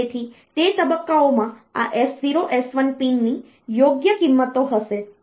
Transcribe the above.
તેથી તે તબક્કાઓમાં આ S0 S1 પિનની યોગ્ય કિંમતો હશે